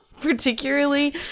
particularly